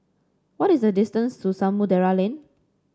what is the distance to Samudera Lane